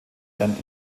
deren